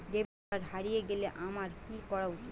Debit card হারিয়ে গেলে আমার কি করা উচিৎ?